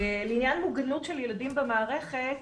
לעניין מוגנת של ילדים במערכת,